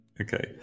Okay